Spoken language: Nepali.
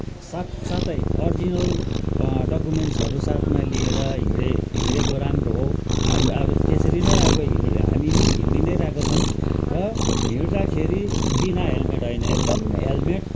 साथ साथै अरिजिनल डक्युमेन्टसहरू साथमा लिएर हिँडे हिँडेको राम्रो हो हामी अब त्यसरी नै अब हामी पनि हिँडी नै रहेको छौँ र हिँडदाखेरि बिना हेलमेट होइन एकदम हेलमेट